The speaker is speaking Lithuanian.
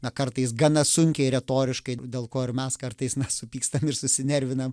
na kartais gana sunkiai retoriškai dėl ko ir mes kartais na supyksta susinervina